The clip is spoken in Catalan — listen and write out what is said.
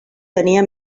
tenia